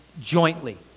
jointly